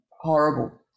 horrible